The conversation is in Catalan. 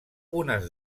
unes